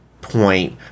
point